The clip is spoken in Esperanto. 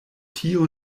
tio